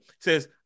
Says